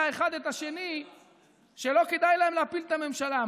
אחד את השני שלא כדאי להם להפיל את הממשלה.